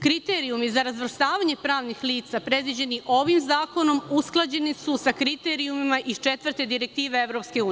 Kriterijumi za razvrstavanje pravnih lica, predviđenih ovim zakonom, usklađeni su sa kriterijumima iz Četvrte direktive EU.